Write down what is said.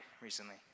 recently